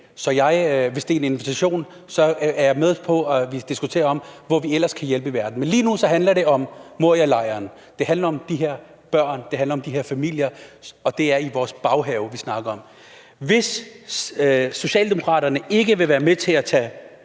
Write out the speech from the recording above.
Så hvis det er en invitation, er jeg med på, at vi diskuterer, hvor vi ellers kan hjælpe i verden. Men lige nu handler det om Morialejren. Det handler om de her børn, og det handler om de her familier; det handler om noget, der er i vores baghave. Hvis Socialdemokratiet ikke vil være med til at tage